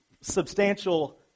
substantial